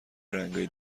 رنگای